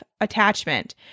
attachment